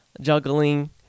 juggling